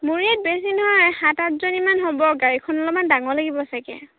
মোৰ ইয়াত বেছি নহয় সাত আঠজনীমান হ'ব গাড়ীখন অলপমান ডাঙৰ লাগিব চাগে